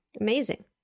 Amazing